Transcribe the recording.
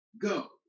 go